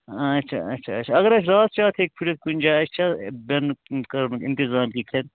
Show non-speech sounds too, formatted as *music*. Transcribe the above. اچھا اچھا اچھا اگر ٲسۍ راتھ شاتھ ہیٚکہِ لٔگِتھ کُنہِ جایہِ اَسہِ چھا بیٚہنُک انتقام اِنتظام ہیٚکہِ *unintelligible*